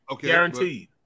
Guaranteed